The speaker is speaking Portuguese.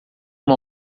uma